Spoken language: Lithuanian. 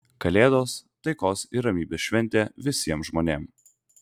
kalėdos taikos ir ramybės šventė visiem žmonėm